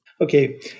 Okay